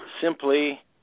simply